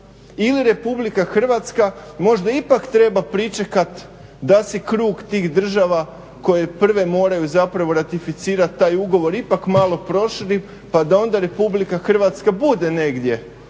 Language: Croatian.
ili RH možda ipak treba pričekat da se krug tih država koje prve moraju zapravo ratificirati taj ugovor ipak malo proširi pa da onda RH bude negdje